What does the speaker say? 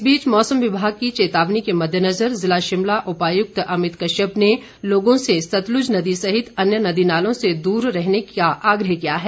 इस बीच मौसम विभाग की चेतावनी के मद्देनज़र शिमला ज़िला उपायुक्त अभित कश्यप ने लोगों से सतलुज नदी सहित अन्य नदी नालों से दूर रहने का आग्रह किया है